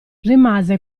rimase